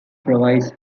provides